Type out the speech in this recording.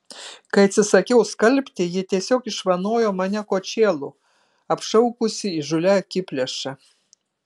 kai atsisakiau skalbti ji tiesiog išvanojo mane kočėlu apšaukusi įžūlia akiplėša